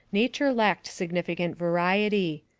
nature lacked significant variety.